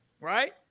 right